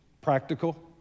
practical